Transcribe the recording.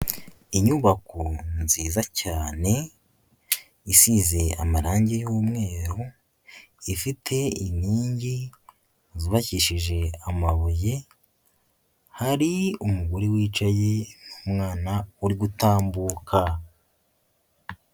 Inyubako nziza cyane isize amarange y'umweru, ifite inkingi zubakishije amabuye, hari umugore wicaye n'umwana uri gutambuka.